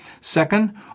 Second